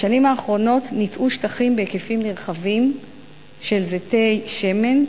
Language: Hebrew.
בשנים האחרונות ניטעו שטחים בהיקפים נרחבים בזיתי שמן,